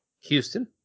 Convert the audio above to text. Houston